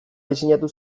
diseinatu